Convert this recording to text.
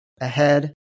ahead